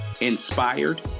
inspired